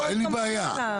אין לי בעיה.